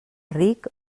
ric